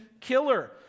killer